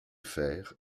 fer